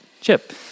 chip